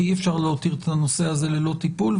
כי אי אפשר להותיר את הנושא הזה ללא טיפול.